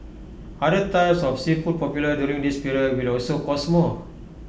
other types of seafood popular during this period will also cost more